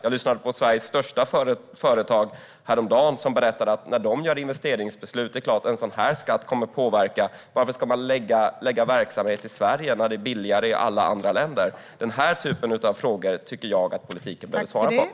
Jag lyssnade på Sveriges största företag häromdagen, som berättade att när de fattar investeringsbeslut är det klart att en sådan skatt kommer att ha betydelse. Varför ska man förlägga verksamhet i Sverige när det är billigare i alla andra länder? Denna typ av frågor tycker jag att politiken bör svara på.